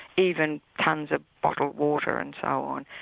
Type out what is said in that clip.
even tons of bottled water and so on.